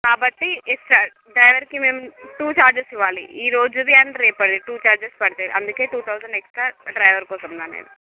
కాబట్టి డ్రైవర్కి మేము టూ ఛార్జెస్ ఇవ్వాలి ఈ రోజుది అండ్ రేపటిది టూ ఛార్జెస్ పడతాయి అందుకే టూ థౌసండ్ ఎక్స్ట్రా డ్రైవర్ కోసం మ్యామ్